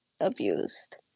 abused